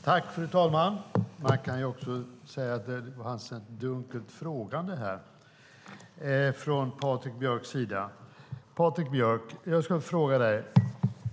Fru talman! Man kan även säga att det var ett dunkelt frågande från Patrik Björcks sida.